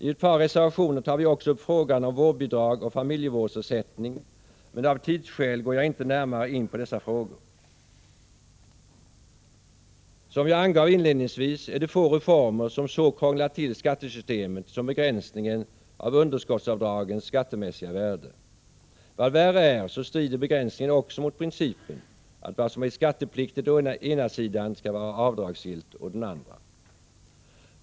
I ett par reservationer tar vi också upp frågan om vårdbidrag och familjevårdsersättning, men av tidskäl går jag inte närmare in på dessa frågor. Som jag angav inledningsvis är det få reformer som så krånglat till skattesystemet som begränsningen av underskottsavdragens skattemässiga värde. Värre är att begränsningen också strider mot principen att vad som är skattepliktigt å ena sidan skall vara avdragsgillt å den andra.